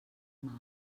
mal